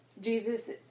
Jesus